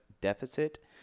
deficit